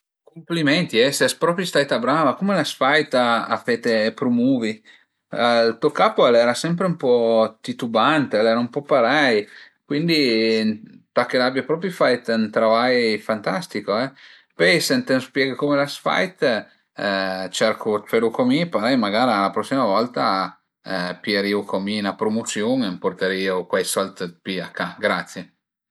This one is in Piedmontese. Cumpleimenti e ses propi staita brava, cume l'as fait a fete prumuvi? To capo al era sempre ën po titubant, al era ën po parei, cuindi ëntà che l'abie propi fait ün travai fantastico e, pöi se ti më spieghe cume l'as fait cercu d'felu co mi parei magara la prosima volta pierìu co mi 'na prumusiun e purterìu cuai sold d'pi a ca, grazie